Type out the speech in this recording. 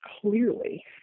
clearly